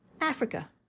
africa